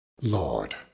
Lord